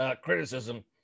criticism